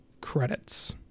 credits